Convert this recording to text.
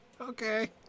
Okay